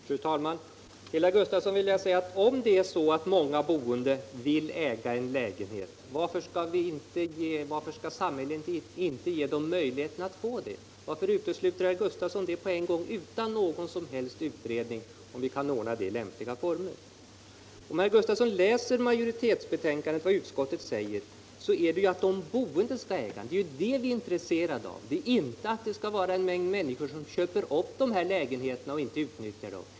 Fru talman! Till herr Gustafsson vill jag säga att om det är så, att många boende vill äga sin lägenhet, varför skall då samhället inte ge dem den möjligheten? Varför utesluter herr Gustafsson den möjligheten utan någon som helst utredning om huruvida det kan ske i lämpliga former? Om herr Gustafsson läser utskottsmajoritetens skrivning finner han att det som vi är intresserade av är att de boende skall kunna äga sina lägenheter. Vi är inte intresserade av att människor köper upp dessa lägenheter utan att utnyttja dem.